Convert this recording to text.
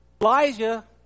Elijah